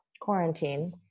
quarantine